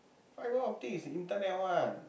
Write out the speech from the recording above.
fibre optic is the internet [one]